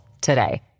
today